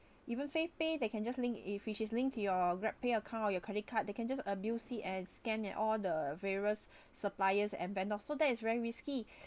even favepay they can just link if which is linked to your grab pay account or your credit card they can just abuse it as scan at all the various suppliers and vendors so that is very risky